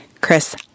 Chris